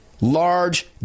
Large